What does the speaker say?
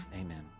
Amen